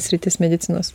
sritis medicinos